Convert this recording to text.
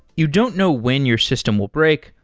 you don't know when your system will break,